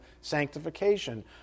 sanctification